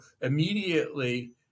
immediately